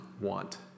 want